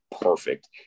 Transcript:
perfect